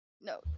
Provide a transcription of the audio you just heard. No